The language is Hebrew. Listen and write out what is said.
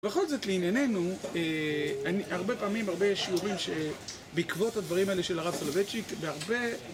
בכל זאת, לענייננו, הרבה פעמים, הרבה שיעורים שבעקבות הדברים האלה של הרב סולובייצ'יק בהרבה...